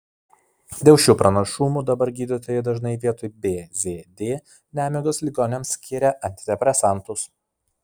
dėl šių pranašumų dabar gydytojai dažnai vietoj bzd nemigos ligoniams skiria antidepresantus